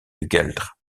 gueldre